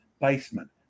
basement